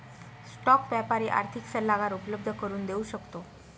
stock व्यापारी आर्थिक सल्लागार उपलब्ध करून देऊ शकतो